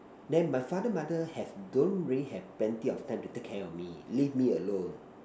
then my father mother have don't really have plenty of time to take care of me leave me alone